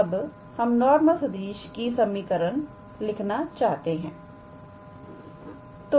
अबहम normal सदिश की समीकरण लिखना चाहते हैं